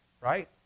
right